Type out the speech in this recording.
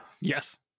yes